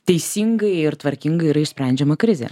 teisingai ir tvarkingai yra išsprendžiama krizė